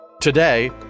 Today